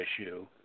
issue